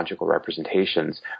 representations